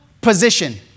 position